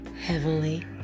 Heavenly